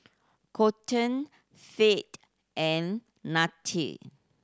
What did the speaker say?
Kolton Fate and Nannette